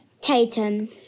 Tatum